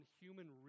human